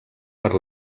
per